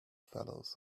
fellows